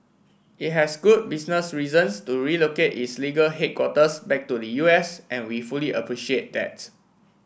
it has good business reasons to relocate its legal headquarters back to the U S and we fully appreciate that